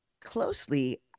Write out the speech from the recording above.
closely